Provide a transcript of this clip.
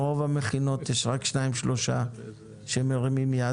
ברוב המכינות יש רק שניים שלושה שמרימים יד,